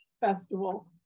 festival